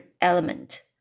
element